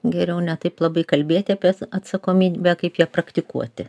geriau ne taip labai kalbėti apie at atsakomybę kaip ją praktikuoti